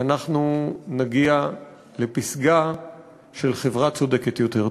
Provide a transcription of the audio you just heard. אנחנו נגיע לפסגה של חברה צודקת יותר.